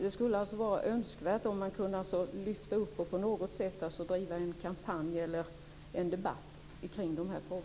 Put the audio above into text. Det skulle alltså vara önskvärt om man kunde lyfta upp dessa frågor och på något sätt driva en kampanj eller en debatt om dem.